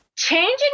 Changing